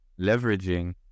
leveraging